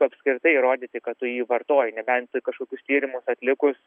apskritai įrodyti kad tu jį vartoji nebent kažkokius tyrimus atlikus